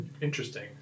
interesting